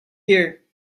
here